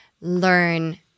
learn